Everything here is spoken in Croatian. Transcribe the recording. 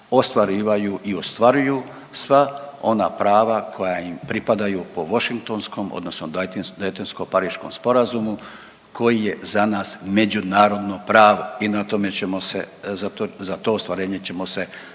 ostvarivaju i ostvaruju sva ona prava koja im pripadaju po Washingtonskom, odnosno Daytonsko-pariškom sporazumu koji je za nas međunarodno pravo i na to ćemo se,